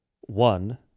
One